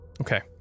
Okay